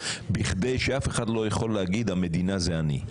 כדי שאף אחד לא יוכל להגיד: המדינה זה אני,